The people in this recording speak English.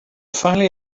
finally